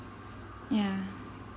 ya